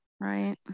right